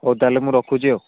ହଉ ତା'ହେଲେ ମୁଁ ରଖୁଛି ଆଉ